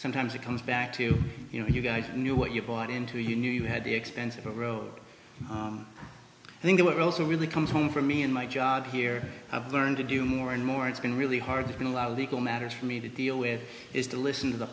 sometimes it comes back to you know you guys knew what you bought into you knew you had the expense of a road i think it also really comes home for me and my job here i've learned to do more and more it's been really hard to put a lot of legal matters for me to deal with is to listen to the